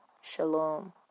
Shalom